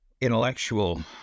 intellectual